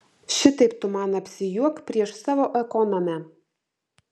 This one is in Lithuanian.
šitaip tu man apsijuok prieš savo ekonomę